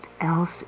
else